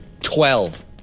Twelve